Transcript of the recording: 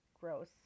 gross